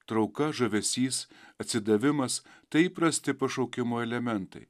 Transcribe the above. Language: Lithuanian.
trauka žavesys atsidavimas tai įprasti pašaukimo elementai